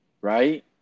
right